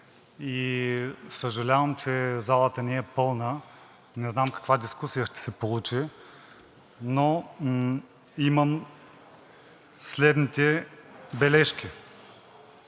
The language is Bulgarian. Съжалявам, че залата не е пълна, не знам каква дискусия ще се получи, но имам следните бележки,